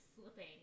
slipping